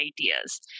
ideas